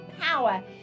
power